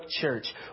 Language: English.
Church